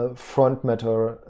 ah front mentor,